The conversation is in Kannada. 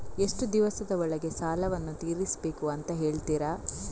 ಎಷ್ಟು ದಿವಸದ ಒಳಗೆ ಸಾಲವನ್ನು ತೀರಿಸ್ಬೇಕು ಅಂತ ಹೇಳ್ತಿರಾ?